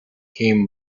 came